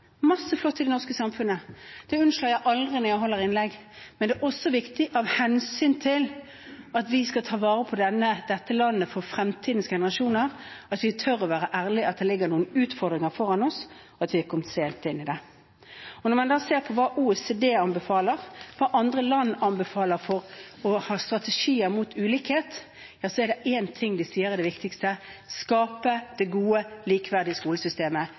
masse flott i det norske samfunnet – det unnslår jeg aldri når jeg holder innlegg – men det er også viktig, av hensyn til at vi skal ta vare på dette landet for fremtidens generasjoner, at vi tør å være ærlige om at det ligger noen utfordringer foran oss, og at vi er kommet sent inn i det. Når man da ser på hva OECD anbefaler, hva andre land anbefaler, for å ha strategier mot ulikhet, så er det én ting de sier er det viktigste – å skape det gode, likeverdige skolesystemet.